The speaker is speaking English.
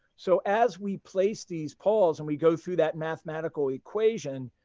so as we place these poles and we go through that mathematical equation,